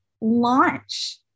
launch